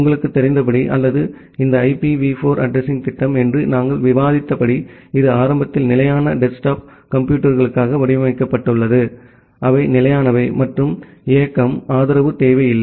உங்களுக்குத் தெரிந்தபடி அல்லது இந்த ஐபிவி 4 அட்ரஸிங்த் திட்டம் என்று நாங்கள் விவாதித்தபடி இது ஆரம்பத்தில் நிலையான டெஸ்க்டாப் கம்ப்யூட்டர்களுக்காக வடிவமைக்கப்பட்டுள்ளது அவை நிலையானவை மற்றும் இயக்கம் ஆதரவு தேவையில்லை